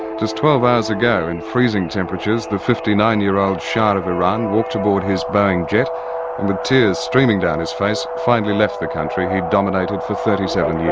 just twelve hours ago in freezing temperatures, the fifty nine year old shah of iran walked aboard his boeing jet and with tears streaming down his face, finally left the country he'd dominated for thirty seven yeah